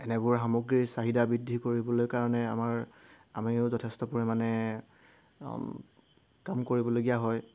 এনেবোৰ সামগ্ৰী চাহিদা বৃদ্ধি কৰিবলৈ কাৰণে আমাৰ আমিও যথেষ্ট পৰিমাণে কাম কৰিবলগীয়া হয়